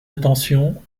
attention